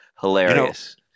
hilarious